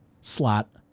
slot